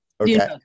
Okay